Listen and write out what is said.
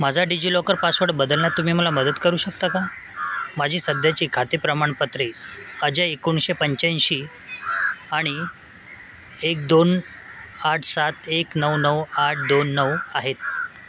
माझा DigiLocker password बदलण्यात तुम्ही मला मदत करू शकता का माझी सध्याची खाते प्रमाणपत्रे अजय एकोणीसशे पंच्याऐंशी आणि एक दोन आठ सात एक नऊ नऊ आठ दोन नऊ आहेत